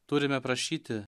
turime prašyti